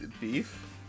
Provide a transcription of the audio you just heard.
Beef